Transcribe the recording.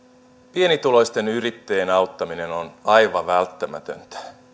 pienituloisten yrittäjien auttaminen on aivan välttämätöntä